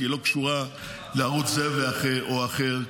היא לא קשורה לערוץ כזה או אחר.